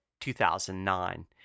2009